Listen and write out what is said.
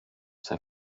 sehr